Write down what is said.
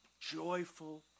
joyful